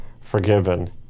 forgiven